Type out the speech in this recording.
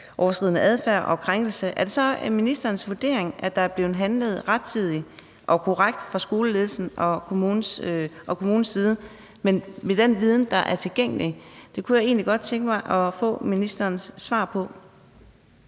grænseoverskridende adfærd og krænkelse, er det så ministerens vurdering, at der er blevet handlet rettidigt og korrekt fra skoleledelsens og kommunens side – altså med den viden, der er tilgængelig? Det kunne jeg egentlig godt tænke mig at få ministerens svar på.